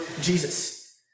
Jesus